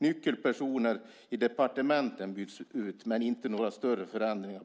Nyckelpersoner i departementen byts ut, men det sker inte några större förändringar.